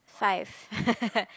five